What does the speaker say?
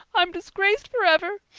i'm disgraced forever.